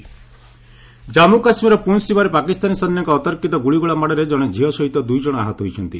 JK ceasefire Jammu କାଶ୍ମୀରର ପୁଞ୍ଚ୍ ସୀମାରେ ପାକିସ୍ତାନୀ ସୈନ୍ୟଙ୍କ ଅତର୍କିତ ଗୁଳିଗୋଳା ମାଡ଼ରେ କଣେ ଝିଅ ସହିତ ଦୁଇ ଜଣ ଆହତ ହୋଇଛନ୍ତି